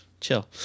chill